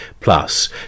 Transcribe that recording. plus